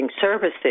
Services